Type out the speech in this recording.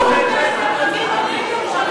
למה אתה לא עושה את זה?